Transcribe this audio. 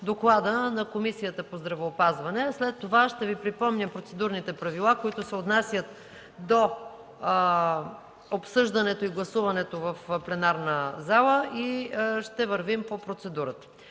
на Комисията по здравеопазване, а след това ще Ви припомня процедурните правила, които се отнасят до обсъждането и гласуването в пленарната зала и ще вървим по процедурата.